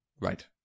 Right